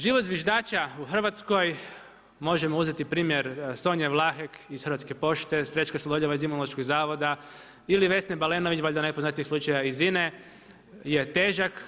Život zviždača u Hrvatskoj, možemo uzeti primjer Sonje Vlahek iz Hrvatske pošte, Srećko Sladoljeva iz Imunološkog zavoda ili Vesne Balenović, valjda najpoznatijeg slučaja iz INA-e je težak.